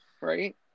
right